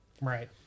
Right